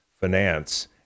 finance